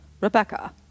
Rebecca